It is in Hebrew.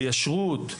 לישרות,